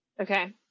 Okay